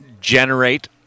generate